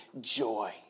joy